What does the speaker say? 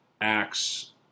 Acts